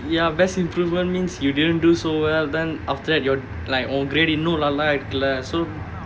ya best improvement means you didn't do so well then after that your like grade இன்னும் நல்லா ஆயே இருக்குல்ல:inum nallaa aayae irukkula so